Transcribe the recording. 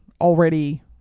already